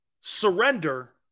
surrender